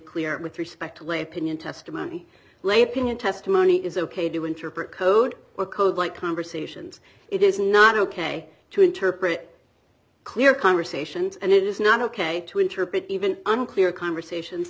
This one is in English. clear with respect to a opinion testimony lay opinion testimony is ok to interpret code or code like conversations it is not ok to interpret clear conversations and it is not ok to interpret even unclear conversations